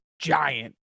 giant